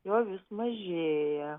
jo vis mažėja